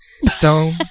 Stone